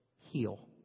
heal